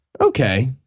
Okay